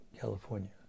California